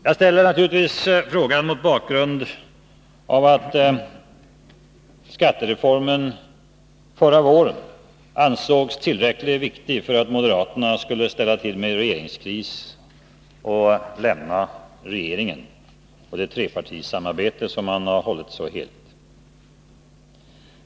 Jag ställer naturligtvis frågan mot bakgrund av att skattereformen förra våren ansågs tillräckligt viktig för att moderaterna skulle ställa till med regeringskris och lämna regeringen och det trepartisamarbete som man hållit så heligt.